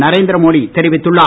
நரேந்திர மோடி தெரிவித்துள்ளார்